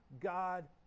God